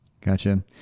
gotcha